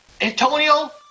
Antonio